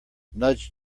nudge